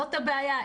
זאת הבעיה.